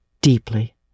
deeply